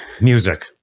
Music